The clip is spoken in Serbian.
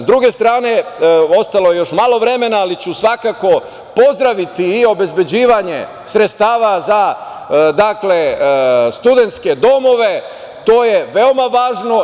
Sa druge strane, ostalo je još malo vremena ali ću svakako pozdraviti i obezbeđivanje sredstava za studentske domove, to je veoma važno.